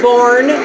Born